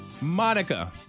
Monica